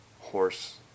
horse